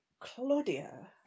Claudia